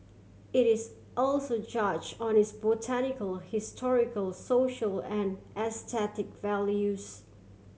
it is also judge on its botanical historical social and aesthetic values